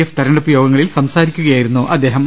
F തിരഞ്ഞെടുപ്പ് യോഗങ്ങളിൽ സംസാരിക്കുകയായിരുന്നും അദ്ദേഹം